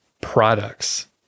products